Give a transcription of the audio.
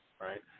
right